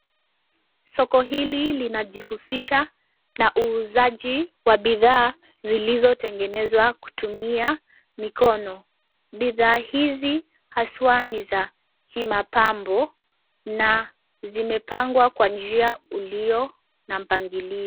Soko hili linajihusishwa na uuzaji wa bidhaa zilizotengenezwa kutumia mikono. Bidhaa hizi haswa ni za kimapambo na zimepangwa kwa njia iliyo na mpangilio.